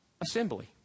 assembly